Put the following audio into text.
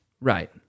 Right